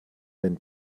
wenn